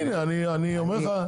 אני אומר לך,